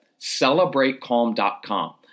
CelebrateCalm.com